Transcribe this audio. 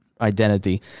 Identity